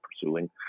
pursuing